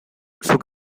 zuk